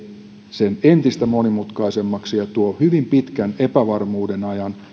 sen entistä monimutkaisemmaksi ja tuo hyvin pitkän epävarmuuden ajan